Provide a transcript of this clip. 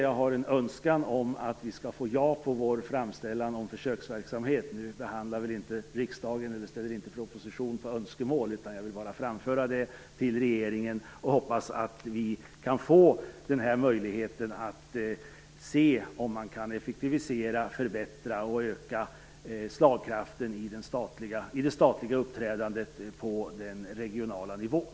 Jag har en önskan om att vi skall få ja till vår framställan om försöksverksamhet. Nu ställer riksdagen inte proposition på önskemål, så jag vill bara framföra det till regeringen. Jag hoppas att vi kan få den här möjligheten att se om man kan effektivisera, förbättra och öka slagkraften i det statliga uppträdandet på den regionala nivån.